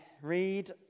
read